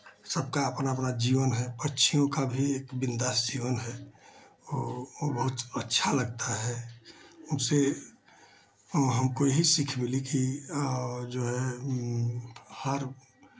सबका अपना अपना जीवन है पक्षियों का भी एक बिंदास जीवन है वो वो बहुत अच्छा लगता है उससे हमको यही सीख मिली कि जो है हर